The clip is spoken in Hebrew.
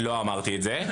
לא אמרתי כך.